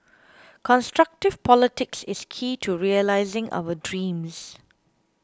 constructive politics is key to realising our dreams